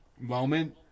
moment